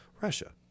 russia